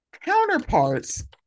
counterparts